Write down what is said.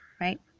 right